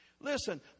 Listen